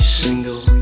single